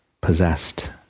possessed